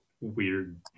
weird